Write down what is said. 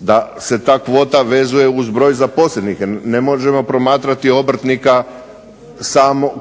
da se ta kvota vezuje uz broj zaposlenih. Jer ne možemo promatrati obrtnika